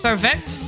Perfect